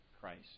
Christ